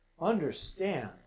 Understand